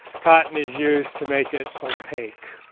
cotton is used to make it opaque.